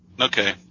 Okay